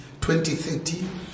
2030